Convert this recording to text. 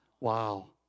Wow